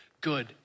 good